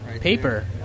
paper